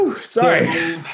Sorry